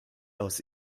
aus